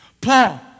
Paul